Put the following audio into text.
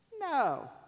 No